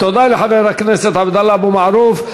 תודה לחבר הכנסת עבדאללה אבו מערוף.